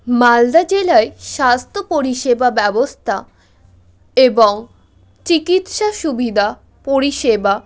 মালদা জেলায় স্বাস্থ্য পরিষেবা ব্যবস্থা এবং চিকিৎসা সুবিধা পরিষেবা